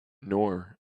nor